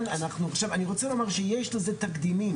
אני רוצה לומר שיש לזה תקדימים,